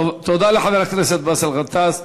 תודה לחבר הכנסת באסל גטאס.